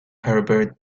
herbert